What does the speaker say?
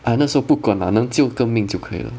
ah 那时候不管 lah 能救一个命就可以了